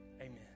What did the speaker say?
amen